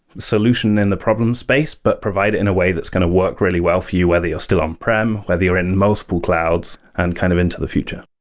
solution in the problem space, but provide in a way that's going to work really well for you whether you're still on-prem, whether you're in multiple clouds and kind of into the future.